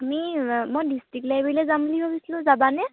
আমি মই ডিষ্ট্ৰিক্ট লাইব্ৰেৰীলৈ যাম বুলি ভাবিছিলোঁ যাবানে